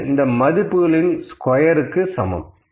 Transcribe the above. இது இந்த மதிப்புகளின் ஸ்கொயர்க்கு சமம்